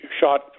shot